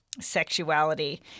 sexuality